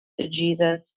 Jesus